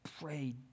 pray